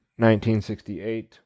1968